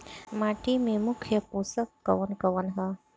माटी में मुख्य पोषक कवन कवन ह?